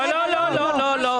לא, לא, לא.